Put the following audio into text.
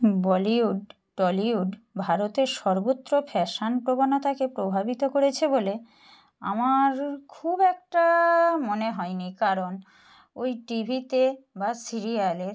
বলিউড টলিউড ভারতের সর্বোচ্চ ফ্যাশান প্রবণতাকে প্রভাবিত করেছে বলে আমার খুব একটা মনে হয়নি কারণ ওই টি ভিতে বা সিরিয়ালের